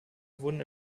wurden